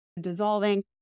dissolving